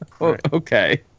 okay